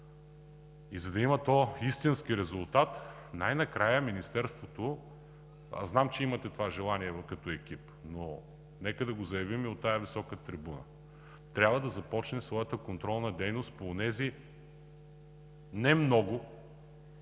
и за да има то истински резултат най-накрая Министерството – знам, че имате това желание като екип, но нека да го заявим и от тази висока трибуна, трябва да започне своята контролна дейност по онези не много